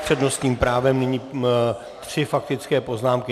S přednostním právem nyní tři faktické poznámky.